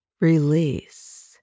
release